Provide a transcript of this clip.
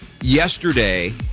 yesterday